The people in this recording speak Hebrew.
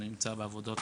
שנמצא בעבודות